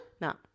No